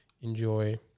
enjoy